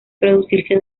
producirse